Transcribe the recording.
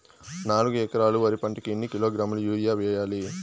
నాలుగు ఎకరాలు వరి పంటకి ఎన్ని కిలోగ్రాముల యూరియ వేయాలి?